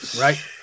Right